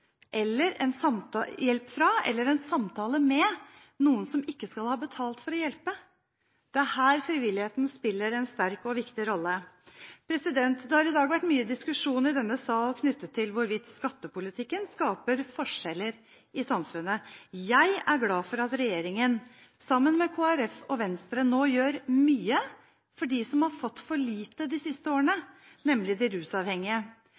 eller ha en samtale med noen som ikke skal ha betalt for å hjelpe. Det er her frivilligheten spiller en sterk og viktig rolle. Det har i dag vært mye diskusjon i denne sal knyttet til hvorvidt skattepolitikken skaper forskjeller i samfunnet. Jeg er glad for at regjeringen, sammen med Kristelig Folkeparti og Venstre, nå gjør mye for dem som har fått for lite de siste årene, nemlig de rusavhengige.